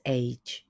age